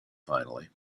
finally